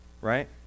right